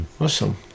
Awesome